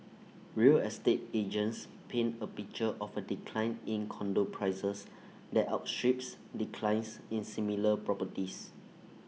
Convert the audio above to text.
real estate agents paint A picture of A decline in condo prices that outstrips declines in similar properties